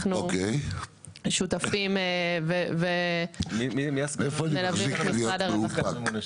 אנחנו שותפים ומלווים את משרד הרווחה.